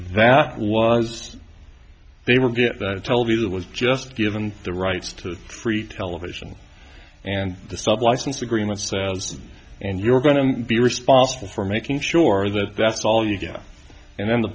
that was just they were get told me that was just given the rights to free television and the license agreements and you're going to be responsible for making sure that that's all you get and then the